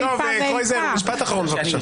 קרויזר, משפט אחרון בבקשה.